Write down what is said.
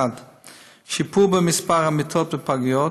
1. שיפור במספר המיטות בפגיות,